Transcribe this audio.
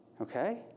okay